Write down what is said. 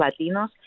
Latinos